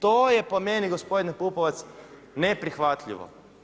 To je po meni gospodine Pupovac, neprihvatljivo.